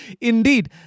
Indeed